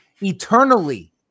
eternally